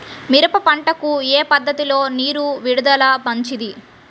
మిరప పంటకు ఏ పద్ధతిలో నీరు విడుదల మంచిది?